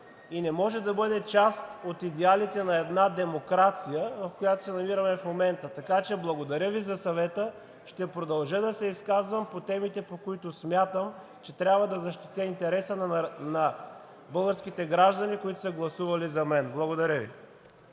и не може да бъде част от идеалите на една демокрация, в която се намираме в момента, така че, благодаря Ви за съвета. Ще продължа да се изказвам по темите, по които смятам, че трябва да защитя интереса на българските граждани, които са гласували за мен. Благодаря Ви.